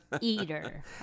eater